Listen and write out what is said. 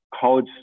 college